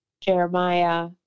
Jeremiah